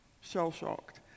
shell-shocked